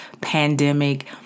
pandemic